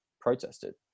protested